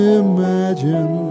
imagine